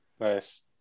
Nice